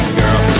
girl